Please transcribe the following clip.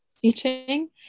Teaching